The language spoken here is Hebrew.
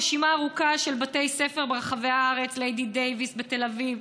רשימה ארוכה של בתי ספר ברחבי הארץ: ליידי דייוויס בתל אביב,